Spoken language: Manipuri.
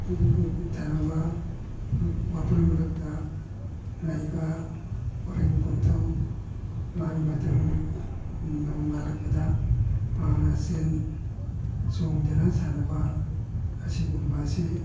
ꯊꯅꯝꯕ ꯋꯥꯄꯜ ꯃꯔꯛꯇ ꯂꯩꯕ ꯎꯔꯤꯡꯀꯣꯛꯊꯣꯡ ꯃꯥꯒꯤ ꯃꯇꯝ ꯅꯣꯡꯉꯥꯜꯂꯛꯄꯗ ꯃꯍꯥꯛꯅ ꯆꯦꯟ ꯆꯣꯡꯗꯨꯅ ꯁꯥꯟꯅꯕ ꯑꯁꯤꯒꯨꯝꯕ ꯑꯁꯤ